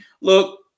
Look